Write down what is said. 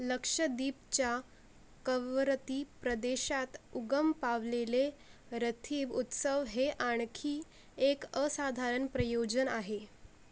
लक्षद्वीपच्या कवरती प्रदेशात उगम पावलेले रथीब उत्सव हे आणखी एक असाधारण प्रयोजन आहे